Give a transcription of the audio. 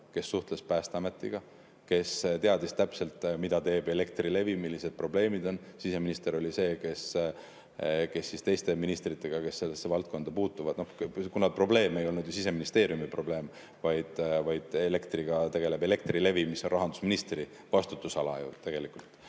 kes suhtles Päästeametiga, kes teadis täpselt, mida teeb Elektrilevi, millised probleemid on. Siseminister oli see, kes teiste ministritega, kes sellesse valdkonda puutuvad – probleem ei olnud ju Siseministeeriumi probleem, vaid elektriga tegeleb Elektrilevi, mis on rahandusministri vastutusalas –, ütleme